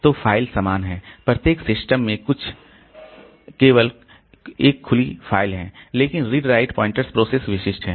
तो फ़ाइल समान है प्रत्येक सिस्टम में केवल एक खुली फ़ाइल है लेकिन रीड राइट पॉइंटर्स प्रोसेस विशिष्ट हैं